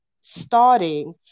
starting